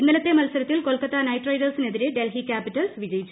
ഇന്നലത്തെ മത്സരത്തിൽ കൊൽക്കത്ത നൈറ്റ് റൈഡേഴ്സിനെതിരിൽ ഡൽഹി ക്യാപിറ്റൽസ് വിജയിച്ചു